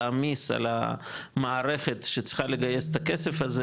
להעמיס על המערכת שצריכה לגייס את הכסף הזה,